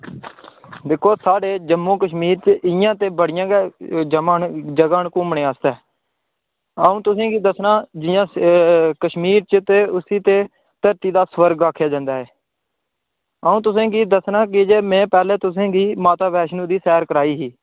दिक्खो साढ़े जम्मू कश्मीर च इ'यां ते बड़ियां गै जमां न जगहां न घुम्मने आस्तै अ'ऊं तुसें गी दस्सना जि'यां कश्मीर च ते उस्सी ते धरती दा सुरग आखेआ जंदा ऐ अ'ऊं तुसें गी दस्सना की जे में पैह्लें तुसें गी माता वैष्णो दी सैर कराई ही